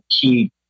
key